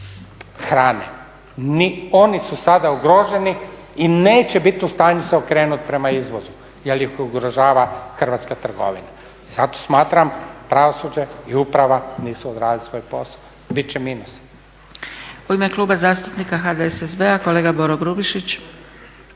hrane. Oni su sada ugroženi i neće se biti u stanju okrenuti prema izvozu jel ih ugrožava hrvatska trgovina. I zato smatram pravosuđe i uprava nisu odradili svoj posao. Bit će minusa.